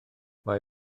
mae